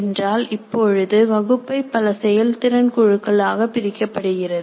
என்றால் இப்பொழுது வகுப்பை பல செயல்திறன் குழுக்களாக பிரிக்கப்படுகிறது